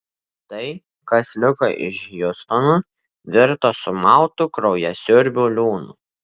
tai kas liko iš hjustono virto sumautu kraujasiurbių liūnu